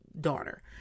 daughter